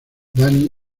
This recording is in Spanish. danny